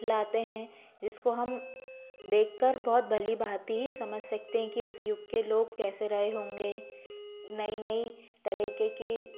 लाते हैं जिसको हम देखकर बहुत भली भांति समझ सकते हैं कि उस युग के लोग कैसे रहे होंगे नई नई तरीके की